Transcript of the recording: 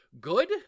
good